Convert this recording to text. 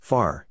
Far